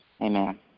Amen